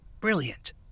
Brilliant